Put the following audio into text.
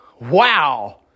Wow